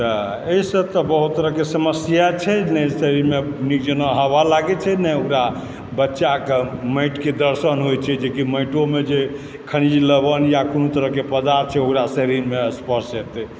एहिसँ तऽ बहुत तरहक समस्या छै नहि एहिमे नीकजकाँ हवा लागैत छै नहि ओकरा बच्चाके माटिके दर्शन होइत छै जेकि कि माटियोमे जे खनिज लवण या कोनो तरहक पदार्थ छै ओकरा शरीरमे स्पर्श हेतय